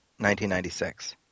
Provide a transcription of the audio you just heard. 1996